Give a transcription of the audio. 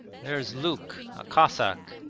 there's luke, a cossack,